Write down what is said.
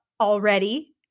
already